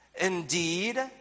Indeed